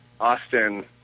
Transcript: Austin